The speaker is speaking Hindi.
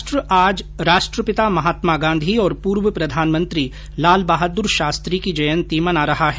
राष्ट्र आज राष्ट्रपिता महात्मा गांधी और पूर्व प्रधानमंत्री लालबहादुर शास्त्री की जयंती मना रहा है